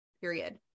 period